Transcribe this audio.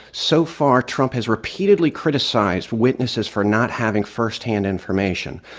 so far, trump has repeatedly criticized witnesses for not having firsthand information.